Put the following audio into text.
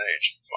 age